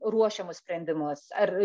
ruošiamus sprendimus ar